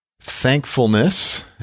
thankfulness